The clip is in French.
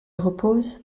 repose